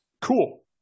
Cool